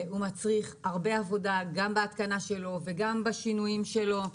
הוא מצריך הרבה עבודה בהתקנה שלו ובשינויים שלו.